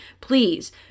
Please